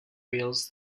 wheels